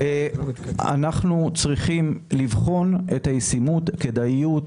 אנחנו צריכים לבחון את הישימות, כדאיות.